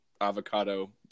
avocado